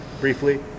briefly